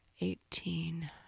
eighteen